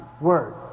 Word